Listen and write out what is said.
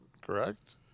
correct